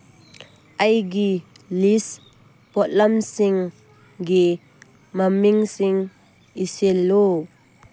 ꯑꯩꯒꯤ ꯂꯤꯁ ꯄꯣꯠꯂꯝꯁꯤꯡꯒꯤ ꯃꯃꯤꯡꯁꯤꯡ ꯏꯁꯤꯜꯂꯨ